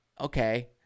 okay